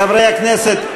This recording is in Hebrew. חברי הכנסת,